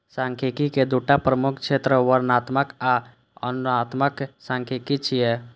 सांख्यिकी के दूटा प्रमुख क्षेत्र वर्णनात्मक आ अनुमानात्मक सांख्यिकी छियै